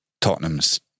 Tottenham's